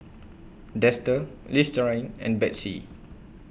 Dester Listerine and Betsy